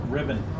Ribbon